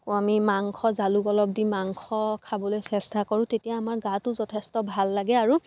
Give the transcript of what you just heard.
আকৌ আমি মাংস জালুক অলপ দি মাংস খাবলৈ চেষ্টা কৰোঁ তেতিয়া আমাৰ গাটো যথেষ্ট ভাল লাগে আৰু